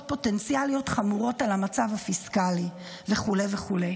פוטנציאליות חמורות על המצב הפיסקלי וכו' וכו'.